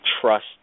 trust